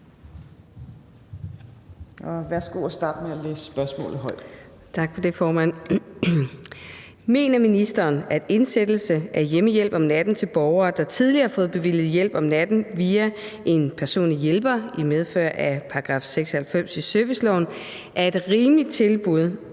Charlotte Broman Mølbæk (SF): Tak for det, formand. Mener ministeren, at indsættelse af hjemmehjælp om natten til borgere, der tidligere har fået bevilget hjælp om natten via en personlig hjælper i medfør af § 96 i serviceloven, er et rimeligt tilbud,